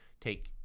take